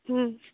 ହୁଁ